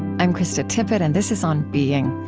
i'm krista tippett, and this is on being.